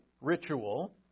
ritual